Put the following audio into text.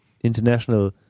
International